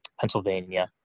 Pennsylvania